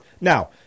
now